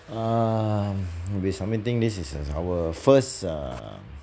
err we'll be submitting this is as our first err